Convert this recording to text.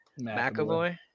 McAvoy